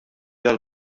għall